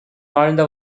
வாழ்ந்த